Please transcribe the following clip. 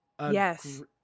yes